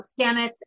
Stamets